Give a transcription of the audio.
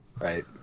Right